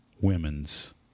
Women's